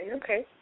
okay